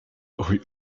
rue